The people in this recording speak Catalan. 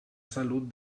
salut